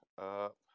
up